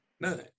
None